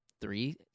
three